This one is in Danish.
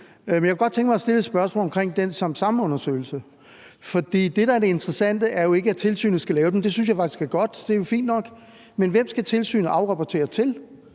mig at stille et spørgsmål omkring den Samsamundersøgelse, for det, der er det interessante, er jo ikke, at tilsynet skal lave den – det synes jeg faktisk er godt; det er jo fint nok – men hvem skal tilsynet afrapportere til?